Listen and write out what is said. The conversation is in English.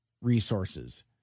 resources